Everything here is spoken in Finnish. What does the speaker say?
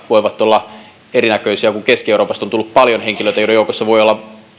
voivat olla erinäköisiä keski euroopasta on tullut paljon henkilöitä joiden joukossa voi olla